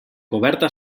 coberta